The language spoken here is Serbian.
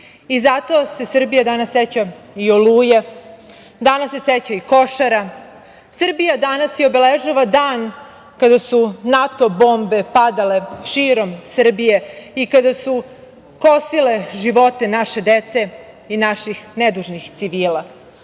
i zato se Srbija danas seća i Oluje i Košara, Srbija danas obeležava dan kada su NATO bombe padale širom Srbije i kada su kosile živote naše dece i naših nedužnih civila. To